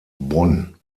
bonn